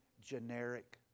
generic